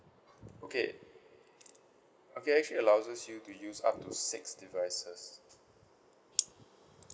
okay okay actually allows you to use up to six devices